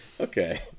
okay